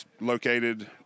located